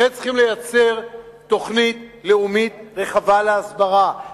לכן צריכים לייצר תוכנית לאומית רחבה להסברה,